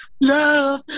love